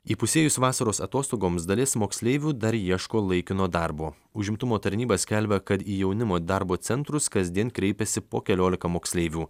įpusėjus vasaros atostogoms dalis moksleivių dar ieško laikino darbo užimtumo tarnyba skelbia kad į jaunimo darbo centrus kasdien kreipiasi po keliolika moksleivių